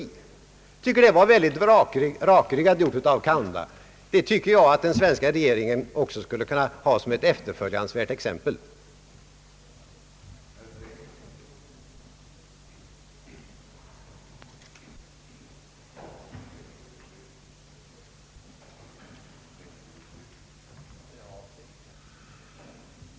Jag tycker att det var rakryggat gjort av Kaunda, och jag anser att den svenska regeringen borde ta hans handlande till efterföljansvärt exempel i fråga om beslutsamhet.